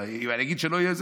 אבל אם אני אגיד שלא יהיה,